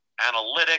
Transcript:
analytics